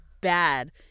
bad